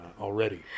already